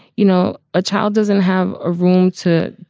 you know, a child doesn't have a room to.